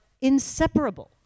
inseparable